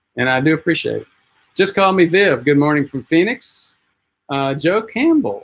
and i do appreciate justcallmeviv good morning from phoenix joe campbell